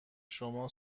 شما